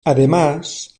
además